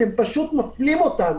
אתם פשוט מפלים אותנו.